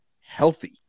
healthy